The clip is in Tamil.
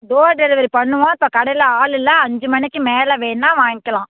டோர் டெலிவரி பண்ணுவோம் இப்போ கடையில் ஆள் இல்லை அஞ்சு மணிக்கு மேலே வேண்ணால் வாங்கிக்கலாம்